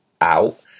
out